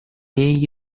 egli